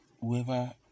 whoever